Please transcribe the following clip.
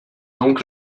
donc